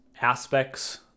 aspects